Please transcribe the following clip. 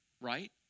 right